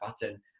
button